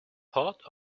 port